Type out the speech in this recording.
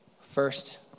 First